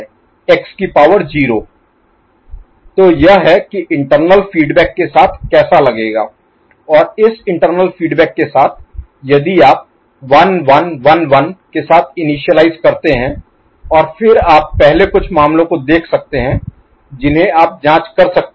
f x4 x3 1 तो यह है कि यह इंटरनल फीडबैक के साथ कैसा लगेगा और इस इंटरनल फीडबैक के साथ यदि आप 1 1 1 1 के साथ इनिशियलाईज करते हैं और फिर आप पहले कुछ मामलों को देख सकते हैं जिन्हें आप जांच सकते हैं